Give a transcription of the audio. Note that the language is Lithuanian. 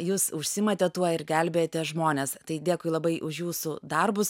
jūs užsiimate tuo ir gelbėjate žmones tai dėkui labai už jūsų darbus